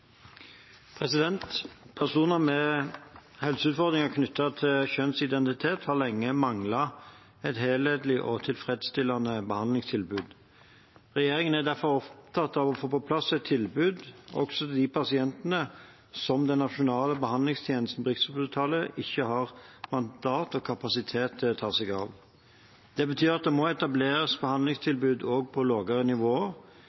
behandlingstilbud. Personer med helseutfordringer knyttet til kjønnsidentitet har lenge manglet et helhetlig og tilfredsstillende behandlingstilbud. Regjeringen er derfor opptatt av å få på plass et tilbud også til de pasientene som den nasjonale behandlingstjenesten på Rikshospitalet ikke har mandat og kapasitet til å ta seg av. Det betyr at det må etableres